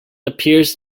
appears